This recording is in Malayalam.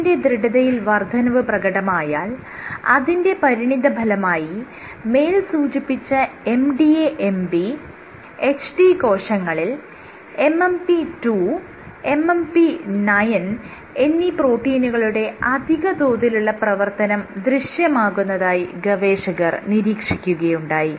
ECM ന്റെ ദൃഢതയിൽ വർദ്ധനവ് പ്രകടമായാൽ അതിന്റെ പരിണിതഫലമായി മേൽ സൂചിപ്പിച്ച MDA MB HT കോശങ്ങളിൽ MMP 2 9 എന്നീ പ്രോട്ടീനുകളുടെ അധിക തോതിലുള്ള പ്രവർത്തനം ദൃശ്യമാകുന്നതായി ഗവേഷകർ നിരീക്ഷിക്കുകയുണ്ടായി